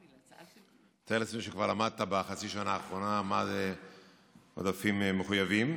אני מתאר לעצמי שכבר למדת בחצי השנה האחרונה מה זה עודפים מחויבים,